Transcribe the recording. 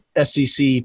SEC